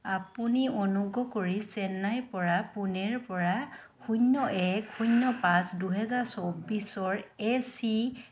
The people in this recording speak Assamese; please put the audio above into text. আপুনি অনুগ্ৰহ কৰি চেন্নাইৰ পৰা পুনেৰ পৰা শূন্য এক শূন্য পাঁচ দুহেজাৰ চৌব্বিছৰ এ চি